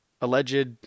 alleged